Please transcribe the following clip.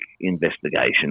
investigation